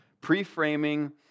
Pre-framing